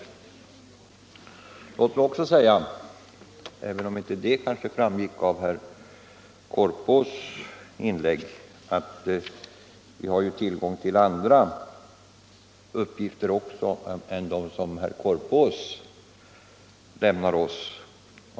Låt mig också säga att vi — även om det kanske inte framgick av herr Korpås inlägg — ju har tillgång till andra uppgifter också än dem som herr Korpås lämnar oss.